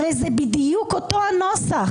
הרי זה בדיוק אותו הנוסח.